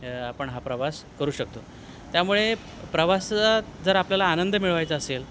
आपण हा प्रवास करू शकतो त्यामुळे प्रवासात जर आपल्याला आनंद मिळवायचा असेल